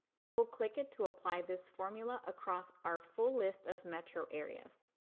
double click it to apply this formula across our full list of metro areas.